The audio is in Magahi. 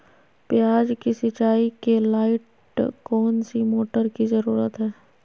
प्याज की सिंचाई के लाइट कौन सी मोटर की जरूरत है?